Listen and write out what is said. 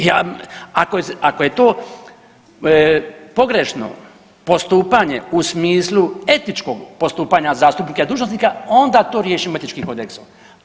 E ako je to pogrešno postupanje u smislu etičkog postupanja zastupnika i dužnosnika onda to riješimo etičkim kodeksom.